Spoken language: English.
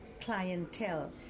clientele